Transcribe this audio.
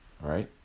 Right